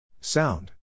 Sound